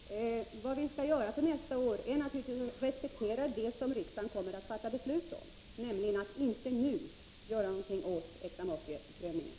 Herr talman! Vad vi skall göra nästa år är naturligtvis att respektera det som riksdagen kommer att fatta beslut om, nämligen att inte nu göra någonting åt äktamakeprövningen.